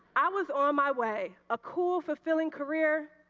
i was on my way, a cool fulfilling career,